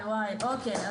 אוקיי.